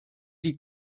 die